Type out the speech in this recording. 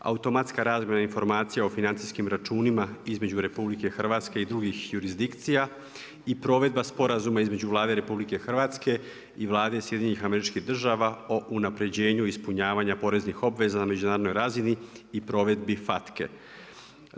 Automatska razmjena informacija o financijskim računima između RH i drugih jurisdikcija i provedba Sporazuma između Vlade RH i Vlade SAD-a o unapređenju ispunjavanja poreznih obveza na međunarodnoj razini i provedbi FATCA-e.